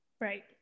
Right